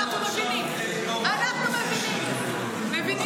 אנחנו מבינים, מבינים